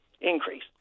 increase